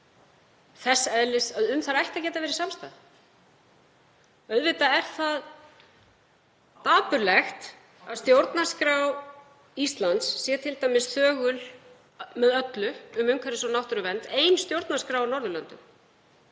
eðlis að um þær ætti að geta verið samstaða. Auðvitað er dapurlegt að stjórnarskrá Íslands sé t.d. þögul með öllu um umhverfis- og náttúruvernd, ein stjórnarskráa á Norðurlöndum.